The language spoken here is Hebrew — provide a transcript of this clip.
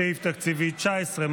סעיף תקציבי 19,